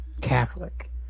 Catholic